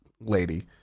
lady